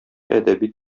әдәби